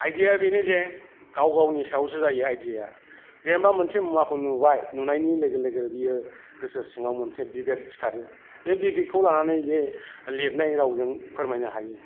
आइडियाया बेनो जे गाव गावनि सायावसो जायो आइडिया जेनेबा मोनसे मुवाखौ नुबाय नुनायनि लोगो लोगो बियो गोसो सिंआव मोनसे बिबेक सिखारो बे बिबेकखौ लानानै बियो लिरनाय रावजों फोरमायनो हायो